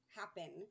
happen